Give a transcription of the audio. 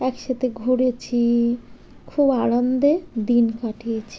একসাথে ঘুরেছি খুব আনন্দে দিন কাটিয়েছি